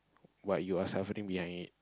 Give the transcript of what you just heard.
while you are suffering behind it